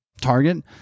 target